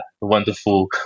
wonderful